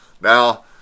Now